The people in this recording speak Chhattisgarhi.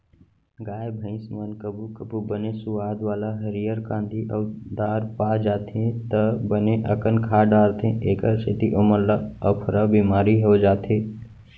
गाय भईंस मन कभू कभू बने सुवाद वाला हरियर कांदी अउ दार पा जाथें त बने अकन खा डारथें एकर सेती ओमन ल अफरा बिमारी हो जाथे